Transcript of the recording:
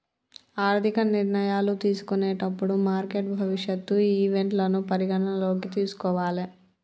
ఆర్థిక నిర్ణయాలు తీసుకునేటప్పుడు మార్కెట్ భవిష్యత్ ఈవెంట్లను పరిగణనలోకి తీసుకోవాలే